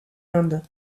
inde